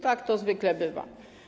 Tak to zwykle bywa.